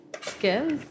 Skills